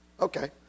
Okay